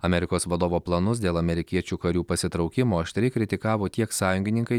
amerikos vadovo planus dėl amerikiečių karių pasitraukimo aštriai kritikavo tiek sąjungininkai